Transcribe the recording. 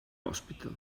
hospital